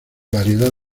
variedad